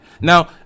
now